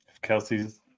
Kelsey's